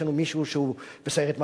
יש לנו מישהו בסיירת מטכ"ל,